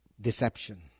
deception